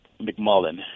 McMullen